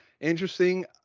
interesting